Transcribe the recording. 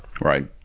Right